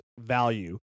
value